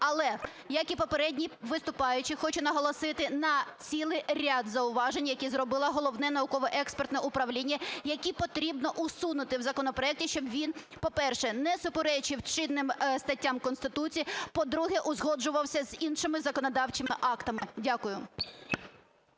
Але як і попередній виступаючий, хочу наголосити на цілий ряд зауважень, які зробило Головне науково-експертне управління, які потрібно усунути в законопроекті, щоб він, по-перше, не суперечив чинним статтям Конституції, по-друге, узгоджувався з іншими законодавчими актами. Дякую.